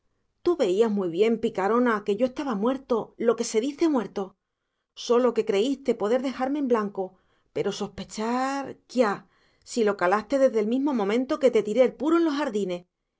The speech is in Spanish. tú veías muy bien picarona que yo estaba muerto lo que se dice muerto sólo que creíste poder dejarme en blanco pero sospechar quia si lo calaste desde el mismo momento que tiré el puro en los jardines